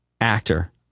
actor